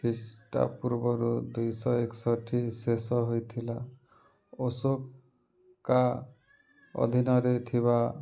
ଖ୍ରୀଷ୍ଟପୂର୍ବରୁ ଦୁଇଶହ ଏକଷଠି ଶେଷ ହୋଇଥିଲା ଅଶୋକ ଅଧୀନରେ ଥିବା